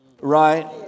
right